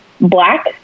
black